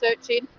searching